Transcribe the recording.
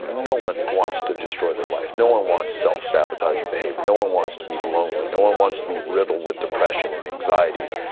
no one wants to destroy their life. no one wants self-sabotaging behavior. no one wants to be lonely. no one wants to be riddled with depression and anxieties.